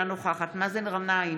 אינה נוכחת מאזן גנאים,